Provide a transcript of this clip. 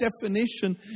definition